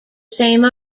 same